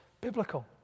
Biblical